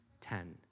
ten